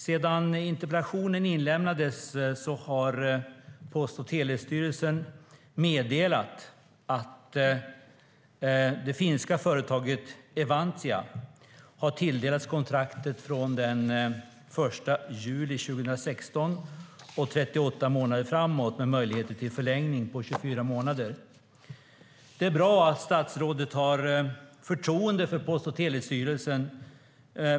Sedan interpellationen inlämnades har Post och telestyrelsen meddelat att det finska företaget Evantia tilldelats kontraktet från och med den 1 juli 2016 och 38 månader framåt med möjligheter till förlängning på 24 månader. Det är bra att statsrådet har förtroende för Post och telestyrelsen.